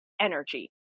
energy